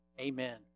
Amen